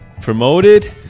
promoted